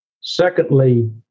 Secondly